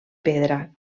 pedra